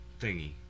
thingy